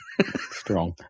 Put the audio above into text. Strong